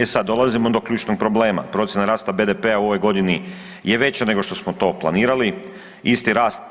E sad, dolazimo do ključnog problema, procjena rasta BDP-a u ovoj godini je veća nego što smo to planirali, isti rast